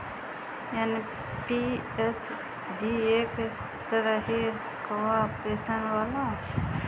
NPS भी एक तरही कअ पेंशन होला